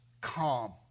calm